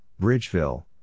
Bridgeville